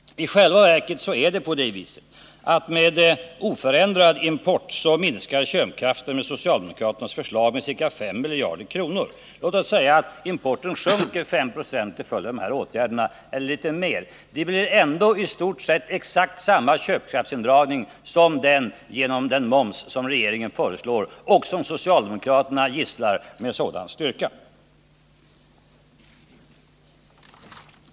I själva verket är det på det viset att med oförändrad import minskar köpkraften enligt socialdemokraternas förslag med ca 5 miljarder kronor. Låt oss säga att importen sjunker med 5 90 eller litet mer till följd av de åtgärderna; det blir ändå i stort sett samma köpkraftsindragning som genom den moms som regeringen föreslår och som socialdemokraterna gisslar med sådan styrka.